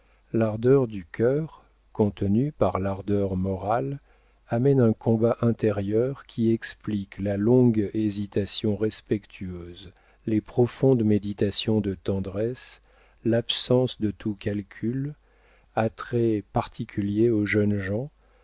l'ardeur du cœur contenue par l'ardeur morale amène un combat intérieur qui explique la longue hésitation respectueuse les profondes méditations de tendresse l'absence de tout calcul attraits particuliers aux jeunes gens